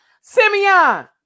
Simeon